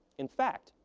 in fact,